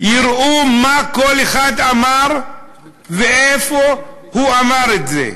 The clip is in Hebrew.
יראו מה כל אחד אמר ואיפה הוא אמר את זה.